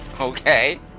Okay